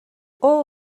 اوه